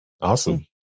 Awesome